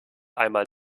einmal